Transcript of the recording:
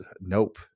nope